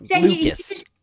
Lucas